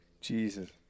Jesus